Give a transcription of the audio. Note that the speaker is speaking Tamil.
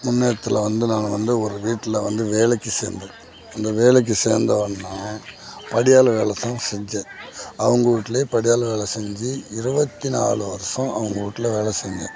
முன்னேற்றுல வந்து நான் வந்து ஒரு வீட்டில் வந்து வேலைக்கு சேர்ந்தேன் அந்த வேலைக்கு சேர்ந்தவொன்னோ பணியாளு வேலை தான் செஞ்சேன் அவங்க வீட்டுலே பணியாளு வேலை செஞ்சு இருபத்தி நாலு வருஷோம் அவங்க வீட்டுல வேலை செஞ்சேன்